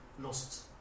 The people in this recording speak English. lost